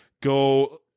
go